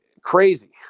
crazy